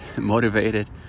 motivated